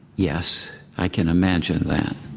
yes, i can imagine that.